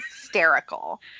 hysterical